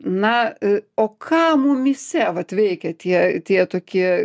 na o ką mumyse vat veikia tie tie tokie